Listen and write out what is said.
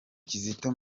kizito